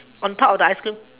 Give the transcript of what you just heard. on top of the ice cream